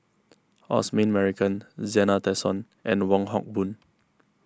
Osman Merican Zena Tessensohn and Wong Hock Boon